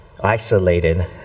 isolated